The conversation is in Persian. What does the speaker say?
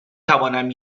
توانم